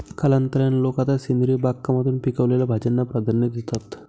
कालांतराने, लोक आता सेंद्रिय बागकामातून पिकवलेल्या भाज्यांना प्राधान्य देतात